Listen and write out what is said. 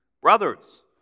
brothers